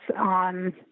on